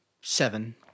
seven